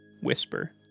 Whisper